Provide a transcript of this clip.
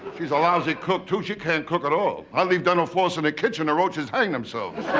she's a lousy cook too. she can't cook at all. i leave dental floss in the kitchen, the roaches hang themselves.